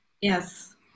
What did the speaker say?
Yes